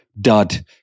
dud